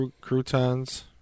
croutons